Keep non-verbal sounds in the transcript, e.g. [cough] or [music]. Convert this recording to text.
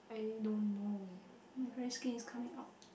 I don't know eh [breath] [breath]